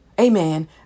Amen